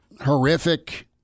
horrific